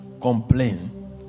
complain